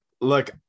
look